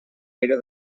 aire